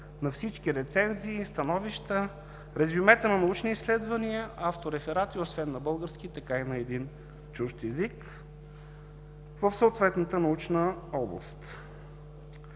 на всички рецензии и становища, резюмета, научни изследвания, автореферати – освен на български, така и на един чужд език в съответната научна област.